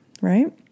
right